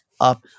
up